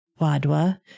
Wadwa